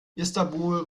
istanbul